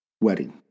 wedding